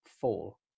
fall